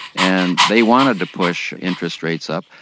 and they wanted to push interest rates up,